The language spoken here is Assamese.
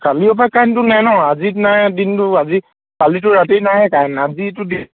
কালিৰেপৰাই কাৰেণ্টটো নাই ন আজিত নাই দিনটো আজি কালিটো ৰাতিতো নায়ে কাৰেণ্ট আজিটো দিয়ক